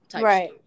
Right